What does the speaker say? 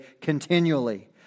Continually